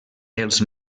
els